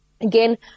Again